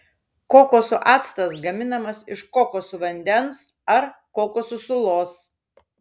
kokosų actas gaminamas iš kokosų vandens ar kokosų sulos